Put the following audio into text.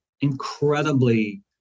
incredibly